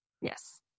Yes